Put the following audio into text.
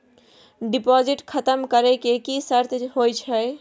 Deposit खतम करे के की सर्त होय छै?